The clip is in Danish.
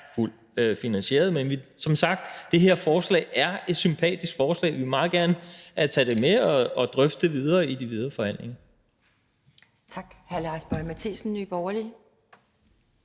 fuldt finansieret. Men som sagt er det her forslag et sympatisk forslag, og vi vil meget gerne tage det med og drøfte det i de videre forhandlinger. Kl.